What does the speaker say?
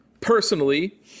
personally